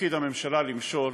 תפקיד הממשלה למשול